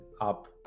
up